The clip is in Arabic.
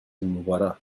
المباراة